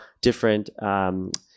different